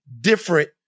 different